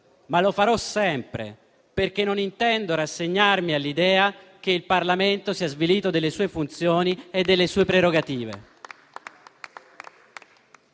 ma lo farò sempre, perché non intendo rassegnarmi all'idea che il Parlamento sia svilito nelle sue funzioni e nelle sue prerogative.